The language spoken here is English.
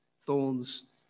Thorns